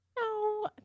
No